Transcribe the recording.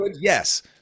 Yes